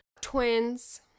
twins